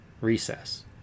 Recess